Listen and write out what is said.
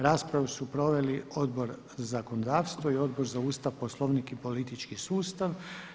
Raspravu su proveli Odbor za zakonodavstvo i Odbor za Ustav, Poslovnik i politički sustav.